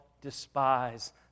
despise